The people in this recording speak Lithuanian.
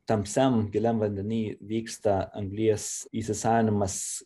tamsiam giliam vandeny vyksta anglies įsisavinimas